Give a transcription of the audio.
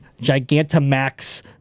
Gigantamax